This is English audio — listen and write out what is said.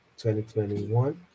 2021